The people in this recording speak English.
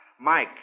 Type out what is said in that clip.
Mike